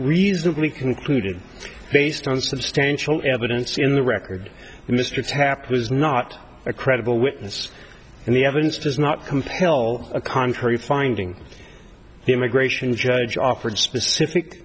reasonably concluded based on substantial evidence in the record mr taft was not a credible witness and the evidence does not compel a contrary finding the immigration judge offered specific